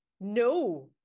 no